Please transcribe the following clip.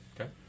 Okay